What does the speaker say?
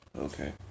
Okay